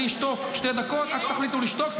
אני אשתוק שתי דקות עד שתחליטו לשתוק.